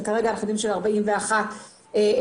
וכרגע של 41 מטופלים,